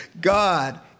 god